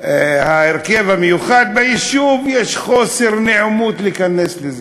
וההרכב המיוחד ביישוב, יש חוסר נעימות להיכנס לזה.